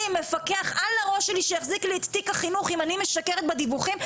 מפקח על הראש שלי שיחזיק לי את תיק החינוך אם אני משקרת בדיווחים,